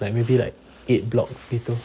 like maybe like eight blocks gitu